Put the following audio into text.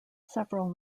several